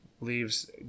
leaves